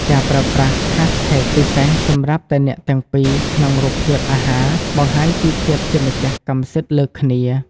ការប្រើប្រាស់ "Hashtag" ពិសេសសម្រាប់តែអ្នកទាំងពីរក្នុងរូបភាពអាហារ បង្ហាញពីភាពជាម្ចាស់កម្មសិទ្ធិលើគ្នា។